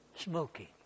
Smoking